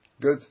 good